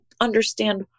understand